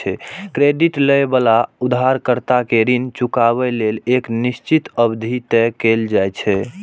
credit लए बला उधारकर्ता कें ऋण चुकाबै लेल एक निश्चित अवधि तय कैल जाइ छै